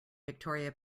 victoria